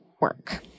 work